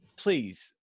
please